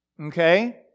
okay